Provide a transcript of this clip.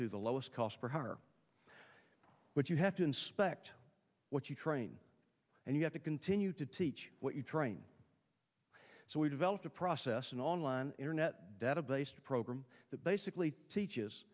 to the lowest cost for her but you have to inspect what you train and you have to continue to teach what you train so we develop process an online internet data based program that basically teaches